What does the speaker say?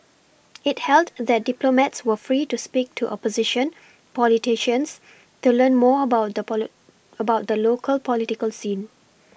it held that diplomats were free to speak to opposition politicians to learn more about the poly about the local political scene